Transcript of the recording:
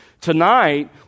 Tonight